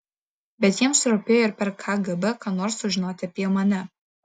bet jiems rūpėjo ir per kgb ką nors sužinot apie mane